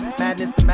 madness